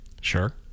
Sure